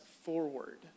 forward